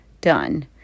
done